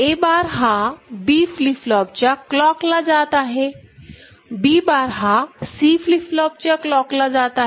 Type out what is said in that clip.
A bar हा B flip फ्लॉपच्या clock ला जात आहे B बार हा C फ्लिप फ्लॉपच्या क्लॉक ला जात आहे